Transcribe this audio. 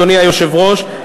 אדוני היושב-ראש,